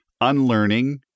unlearning